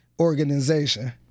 organization